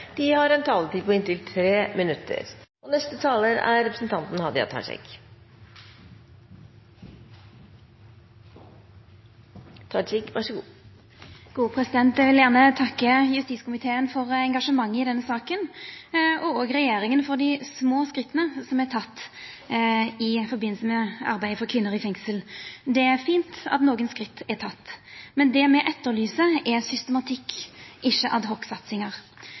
har en taletid på inntil 3 minutter. Eg vil gjerne takka justiskomiteen for engasjementet i denne saka og regjeringa for dei små skritta som er tekne i forbindelse med arbeidet for kvinner i fengsel. Det er fint at nokre skritt er tekne, men det me etterlyser, er systematikk,